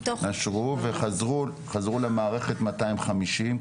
וחזרו למערכת מאתיים חמישים.